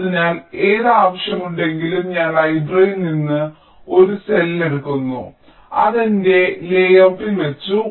അതിനാൽ എന്ത് ആവശ്യമുണ്ടെങ്കിലും ഞാൻ ലൈബ്രറിയിൽ നിന്ന് ഒരു സെൽ എടുക്കുന്നു ഞാൻ അത് എന്റെ ലേയൌട്ട്ടിൽ വെച്ചു